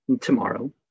tomorrow